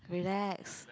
relax